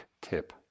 tip